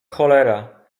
cholera